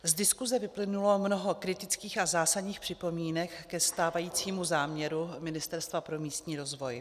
Z diskuse vyplynulo mnoho kritických a zásadních připomínek ke stávajícímu záměru Ministerstva pro místní rozvoj.